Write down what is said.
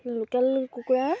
local কুকুৰাৰ